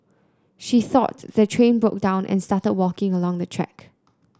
she thought the train broke down and started walking along the track